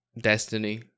destiny